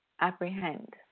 apprehend